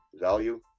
Value